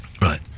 right